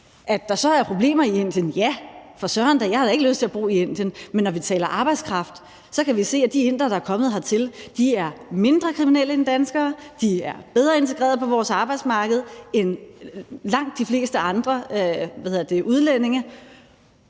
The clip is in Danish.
Er der så problemer i Indien? Ja, for søren da, jeg har da ikke lyst til at bo i Indien, men når vi taler om arbejdskraft, kan vi se, at de indere, der er kommet her til landet, er mindre kriminelle end danskere, og de er bedre integrerede på vores arbejdsmarked end langt de fleste andre udlændinge